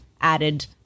added